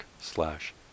slash